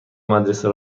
مدرسه